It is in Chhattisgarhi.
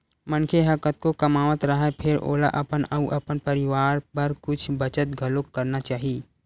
मनखे ह कतको कमावत राहय फेर ओला अपन अउ अपन परवार बर कुछ बचत घलोक करना चाही